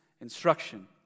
instruction